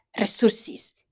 resources